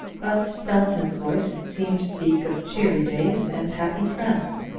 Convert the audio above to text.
but belton's voice seemed to speak of cheery days and happy friends,